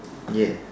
yes